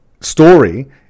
story